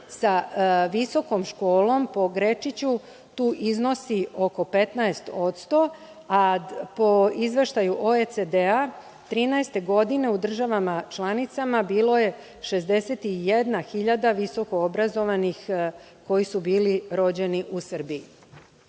sa visokom školom, po Grečiću, iznosi oko 15%, a po izveštaju OECD-a 2013. godine u državama članicama bila je 61 hiljada visoko obrazovanih koji su bili rođeni u